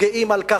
אנחנו גאים על כך.